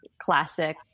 classic